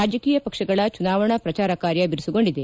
ರಾಜಕೀಯ ಪಕ್ಷಗಳ ಚುನಾವಣಾ ಪ್ರಚಾರ ಕಾರ್ಯ ಬಿರುಸುಗೊಂಡಿದೆ